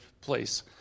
place